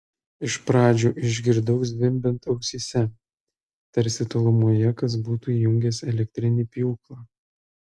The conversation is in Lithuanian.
iš pradžių išgirdau zvimbiant ausyse tarsi tolumoje kas būtų įjungęs elektrinį pjūklą